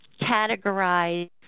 categorize